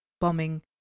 bombing